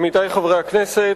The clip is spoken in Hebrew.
עמיתי חברי הכנסת,